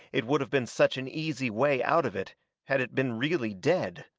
it would have been such an easy way out of it had it been really dead!